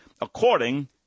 according